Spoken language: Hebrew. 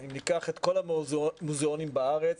אם ניקח את כל המוזיאונים בארץ,